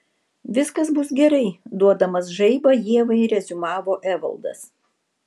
viskas bus gerai duodamas žaibą ievai reziumavo evaldas